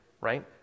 right